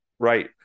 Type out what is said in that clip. Right